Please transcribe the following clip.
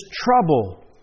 trouble